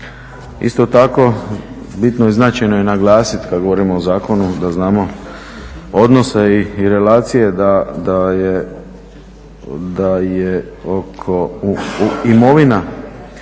Isto tako bitno i značajno je naglasiti kada govorimo o zakonu da znamo odnose i relacije da je oko imovina,